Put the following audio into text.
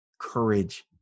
courage